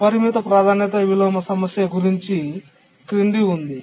అపరిమిత ప్రాధాన్యత విలోమ సమస్య గురించి క్రింది ఉంది